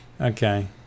okay